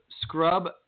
scrub